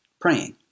praying